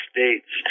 States